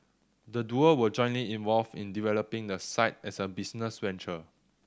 the duo were jointly involved in developing the site as a business venture